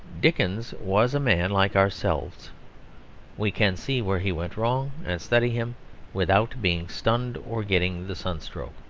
dickens was a man like ourselves we can see where he went wrong, and study him without being stunned or getting the sunstroke.